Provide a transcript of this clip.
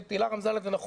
ותהילה רמזה על זה נכון,